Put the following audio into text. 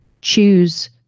choose